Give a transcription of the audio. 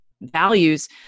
Values